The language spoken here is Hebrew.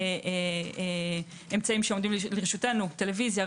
האמצעים שעומדים לרשותנו טלוויזיה,